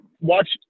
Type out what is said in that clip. watch